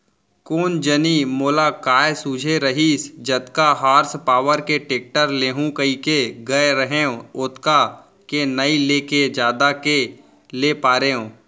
कोन जनी मोला काय सूझे रहिस जतका हार्स पॉवर के टेक्टर लेहूँ कइके गए रहेंव ओतका के नइ लेके जादा के ले पारेंव